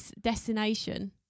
destination